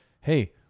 hey